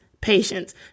patience